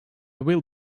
will